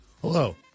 Hello